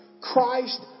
Christ